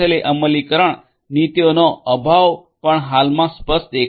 અમલીકરણ નીતિઓનો અભાવ પણ હાલમાં સ્પષ્ટ દેખાય છે